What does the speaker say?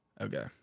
Okay